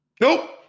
Nope